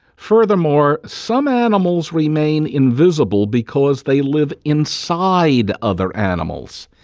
furthermore, some animals remain invisible because they live inside other animals.